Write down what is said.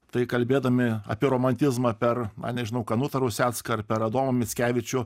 tai kalbėdami apie romantizmą per na nežinau kanutą rusecką ar per adomą mickevičių